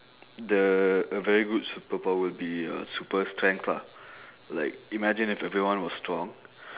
the a very good superpower would be uh super strength lah like imagine if everyone was strong